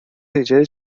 ایجاد